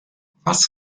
was